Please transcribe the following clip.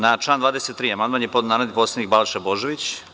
Na član 23. amandman je podneo narodni poslanik Balša Božović.